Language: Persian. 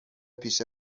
پیش